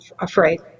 afraid